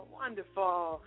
wonderful